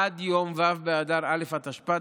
עד יום ו' באדר א' התשפ"ד,